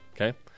Okay